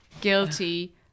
guilty